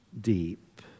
deep